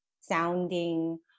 sounding